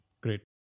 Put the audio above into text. great